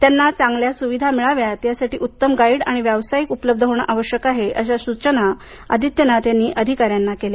त्यांना चांगल्या सुविधा मिळाव्यात यासाठी उत्तम गाईड आणि व्यावसायिक उपलब्ध होणे आवश्यक आहे अशा सुचना आदित्यनाथ यांनी अधिकाऱ्यांना केल्या